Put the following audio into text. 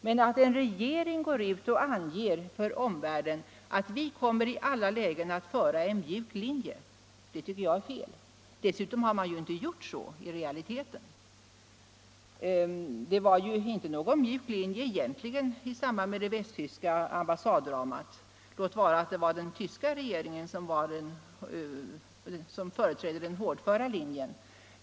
Men att regeringen inför omvärlden anger att den i alla lägen kommer att följa en mjuk linje tycker jag är fel. Dessutom har det inte blivit så i realiteten. Det var egentligen inte någon mjuk linje som följdes i det västtyska ambassaddramat, låt vara att det var den tyska regeringen som företrädde den hårdföra linjen.